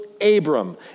Abram